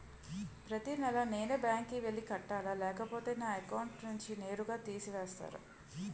ప్రతి నెల నేనే బ్యాంక్ కి వెళ్లి కట్టాలి లేకపోతే నా అకౌంట్ నుంచి నేరుగా తీసేస్తర?